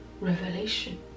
revelation